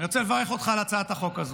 אני רוצה לברך אותך על הצעת החוק הזאת,